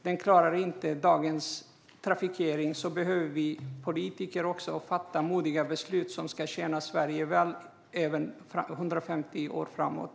Den klarar inte dagens trafikering. Vi politiker behöver fatta modiga beslut som ska tjäna Sverige väl även 150 år framåt.